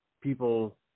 People